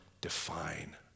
define